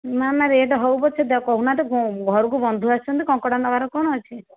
ନାଁ ନାଁ ରେଟ୍ ହେଉ ପଛେ କହୁନାହାନ୍ତି ଘରକୁ ବନ୍ଧୁ ଆସିଛନ୍ତି କଙ୍କଡ଼ା ନେବାରେ କ'ଣ ଅଛି